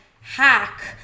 hack